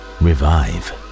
revive